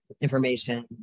information